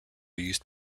used